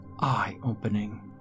eye-opening